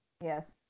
Yes